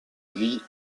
vie